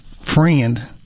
friend